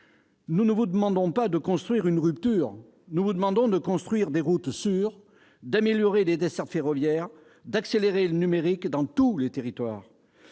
Nous ne vous demandons pas de « construire une rupture », mais de construire des routes sûres, d'améliorer les dessertes ferroviaires et d'accélérer le numérique dans tous les territoires